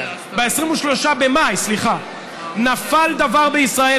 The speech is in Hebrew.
במאי נפל דבר בישראל,